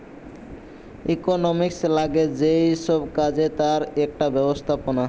economics লাগে যেই সব কাজে তার একটা ব্যবস্থাপনা